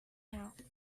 out